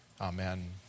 Amen